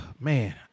man